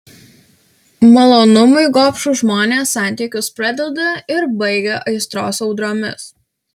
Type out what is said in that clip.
malonumui gobšūs žmonės santykius pradeda ir baigia aistros audromis